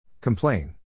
Complain